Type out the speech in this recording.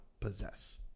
possess